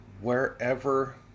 Wherever